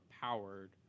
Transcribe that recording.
powered